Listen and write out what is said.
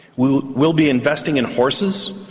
we'll we'll be investing in horses,